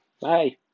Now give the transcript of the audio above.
bye